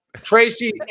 Tracy